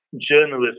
journalism